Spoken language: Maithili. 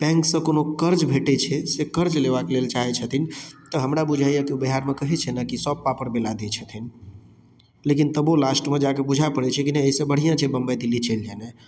बैंक सँ कोनो कर्ज भेटै छै से कर्ज लेबाक लेल चाहै छथिन तऽ हमरा बुझैया ओ बिहार मे कहै छै ने सब पापड़ बेला दै छथिन लेकिन तबो लास्ट मे जाके बूझे परे छै की नहि एहिसँ बढ़िऑं छै बंबई दिल्ली चलि जेनाइ